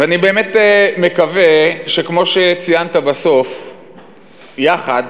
ואני באמת מקווה שכמו שציינת, בסוף יחד